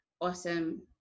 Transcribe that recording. awesome